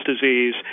disease